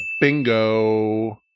bingo